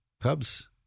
Cubs